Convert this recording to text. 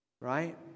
Right